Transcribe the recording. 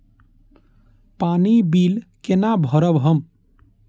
पानी बील केना भरब हम?